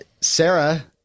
Sarah